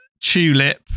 tulip